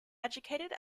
educated